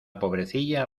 pobrecilla